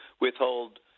withhold